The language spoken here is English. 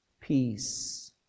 peace